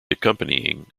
accompanying